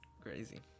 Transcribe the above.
crazy